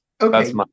okay